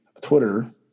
Twitter